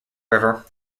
river